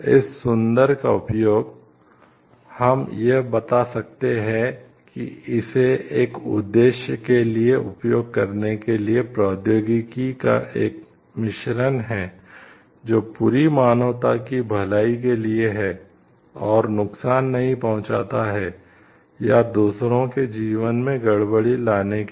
इस सुंदर का उपयोग हम यह बता सकते हैं कि इसे एक उद्देश्य के लिए उपयोग करने के लिए प्रौद्योगिकी का एक मिश्रण है जो पूरी मानवता की भलाई के लिए है और नुकसान नहीं पहुंचाता हैया दूसरों के जीवन में गड़बड़ी लाने के लिए